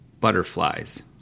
butterflies